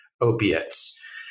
opiates